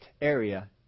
area